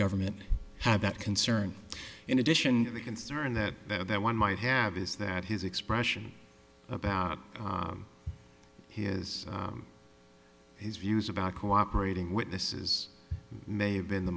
government had that concern in addition to the concern that that one might have is that his expression about his his views about cooperating witnesses may have been the